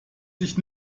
sich